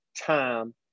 time